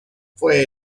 fue